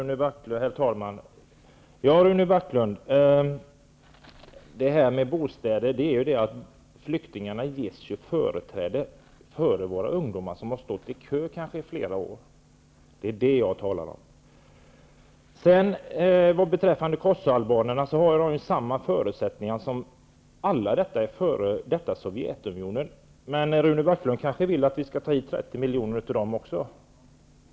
Herr talman! När det gäller bostäder ges ju, Rune Backlund, flyktingarna företräde framför våra egna ungdomar, som kanske har stått i kö i flera år. Det är det som jag talar om. Vad kosovoalbanerna angår har ju de samma förutsättningar som alla medborgare i f.d. Sovjetunionen. Men Rune Backlund vill kanske att vi skall ta hit 30 miljoner människor från det hållet också.